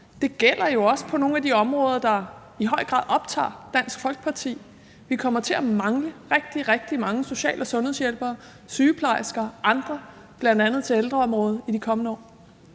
Det gælder jo også på nogle af de områder, der i høj grad optager Dansk Folkeparti: Vi kommer til at mangle rigtig, rigtig mange social- og sundhedshjælpere, sygeplejersker og andre, bl.a. til ældreområdet, i de kommende år.